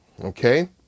okay